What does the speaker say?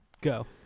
Go